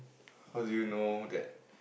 how do you know that